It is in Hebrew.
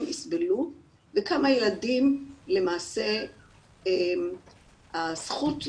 יסבלו וכמה ילדים למעשה הזכות לחינוך,